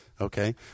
Okay